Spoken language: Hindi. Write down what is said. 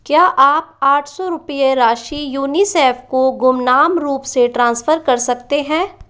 क्या आप आठ सौ रुपये राशि यूनिसेफ़ को गुमनाम रूप से ट्रांसफ़र कर सकते हैं